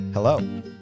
Hello